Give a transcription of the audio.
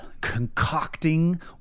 concocting